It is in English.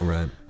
Right